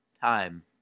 time